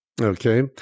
Okay